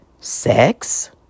sex